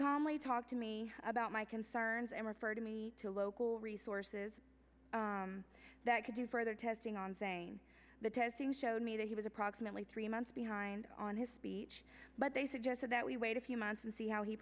calmly talked to me about my concerns and referred me to local resources that could do further testing on saying the testing showed me that he was approximately three months behind on his speech but they suggested that we wait a few months and see how he